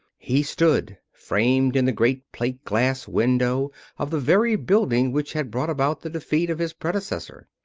he stood framed in the great plate-glass window of the very building which had brought about the defeat of his predecessor.